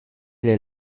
est